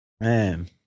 Man